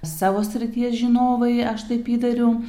savo srities žinovai aš taip įtariu